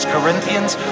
Corinthians